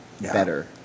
better